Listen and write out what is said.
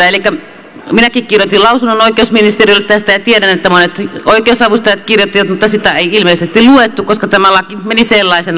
elikä minäkin kirjoitin lausunnon oikeusministeriölle tästä ja tiedän että monet oikeusavustajat kirjoittivat mutta sitä ei ilmeisesti luettu koska tämä laki meni sellaisenaan läpi